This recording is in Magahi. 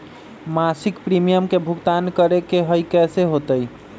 मासिक प्रीमियम के भुगतान करे के हई कैसे होतई?